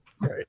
Right